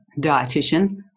dietitian